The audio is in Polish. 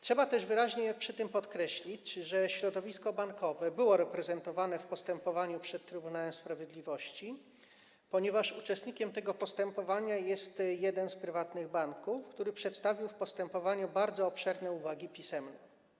Trzeba też wyraźnie przy tym podkreślić, że środowisko bankowe było reprezentowane w postępowaniu przed Trybunałem Sprawiedliwości, ponieważ uczestnikiem tego postępowania jest jeden z prywatnych banków, który przedstawił w postępowaniu bardzo obszerne uwagi pisemne.